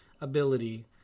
ability